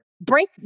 break